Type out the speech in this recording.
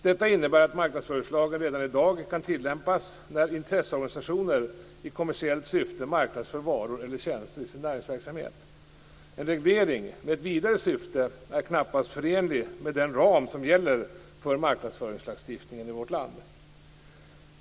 Detta innebär att marknadsföringslagen redan i dag kan tillämpas när intresseorganisationer i kommersiellt syfte marknadsför varor eller tjänster i sin näringsverksamhet. En reglering med ett vidare syfte är knappast förenlig med den ram som gäller för marknadsföringslagstiftningen i vårt land.